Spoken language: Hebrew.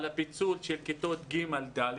על הפיצול של כיתות ג'-ד'